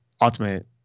ultimate